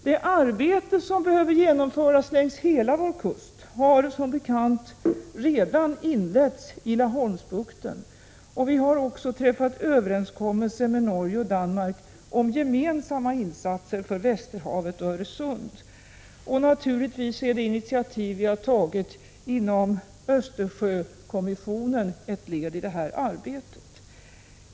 Det arbete som behöver genomföras längs hela vår kust har som bekant redan inletts i Laholmsbukten. Vi har också träffat överenskommelse med Norge och Danmark om gemensamma insatser för Västerhavet och Öresund. Naturligtvis är det initiativ vi har tagit inom ramen för Östersjökonventionen ett led i det arbetet.